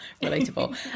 relatable